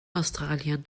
australien